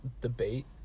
debate